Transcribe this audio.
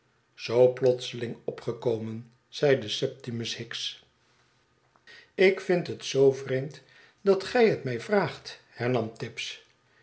zoo plotseling opgekomen zeide septimus hicks ik vind het zoo vreemd dat gij het mij vraagt hernam tibbs